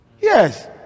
yes